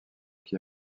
qui